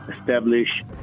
establish